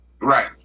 Right